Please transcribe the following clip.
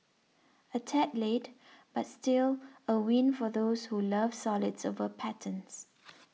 a tad late but still a win for those who love solids over patterns